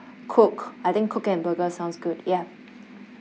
coke I think coke and burger sounds good ya